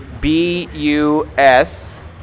B-U-S